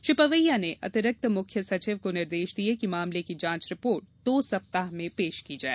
श्री पवैया ने अतिरिक्त मुख्य सचिव को निर्देश दिये कि मामले की जांच रिपोर्ट दो सप्ताह में पेश की जाए